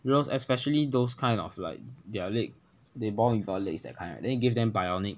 you know especially those kind of like their leg they born without legs that kind right then you give them bionic